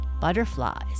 Butterflies